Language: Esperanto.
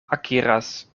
akiras